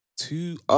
Two